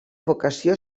vocació